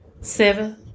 Seven